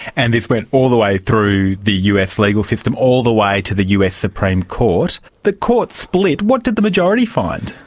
and this went all the way through the us legal system, all the way to the us supreme court. the court split. what did the majority find?